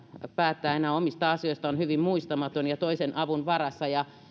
päättää enää omista asioista on hyvin muistamaton ja toisen avun varassa niin